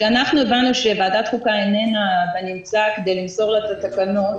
אנחנו הבנו שוועדת חוקה איננה בנמצא כדי למסור לה את התקנות,